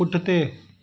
पुठिते